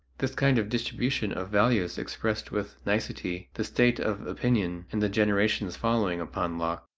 this kind of distribution of values expressed with nicety the state of opinion in the generations following upon locke.